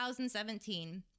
2017